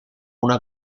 una